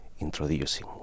Introducing